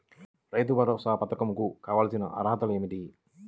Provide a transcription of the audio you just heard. రైతు భరోసా పధకం కు కావాల్సిన అర్హతలు ఏమిటి?